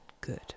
good